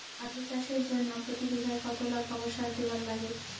আলু চাষের জইন্যে প্রতি বিঘায় কতোলা গোবর সার দিবার লাগে?